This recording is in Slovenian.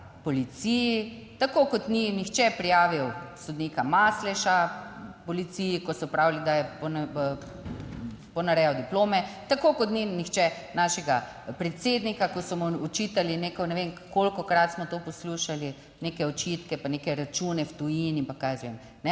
policiji, tako kot ni nihče prijavil sodnika Masleša policiji, ko so pravili, da je ponarejal diplome, tako kot ni nihče našega predsednika, ko so mu očitali neko, ne vem kolikokrat smo to poslušali, neke očitke, pa neke račune v tujini, pa kaj jaz vem.